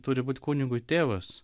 turi būt kunigui tėvas